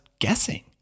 guessing